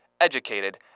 educated